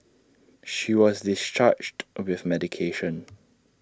she was discharged with medication